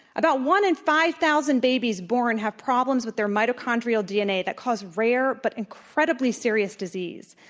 about one in five thousand babies born have problems with their mitochondrial dna that cause rare but incredibly serious disease,